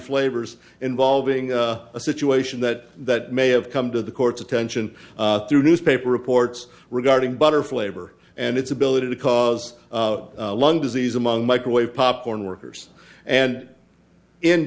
flavor's involving a situation that that may have come to the court's attention through newspaper reports regarding butterfly over and its ability to cause lung disease among microwave popcorn workers and in